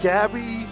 Gabby